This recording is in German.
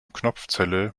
knopfzelle